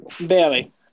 Barely